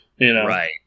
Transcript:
Right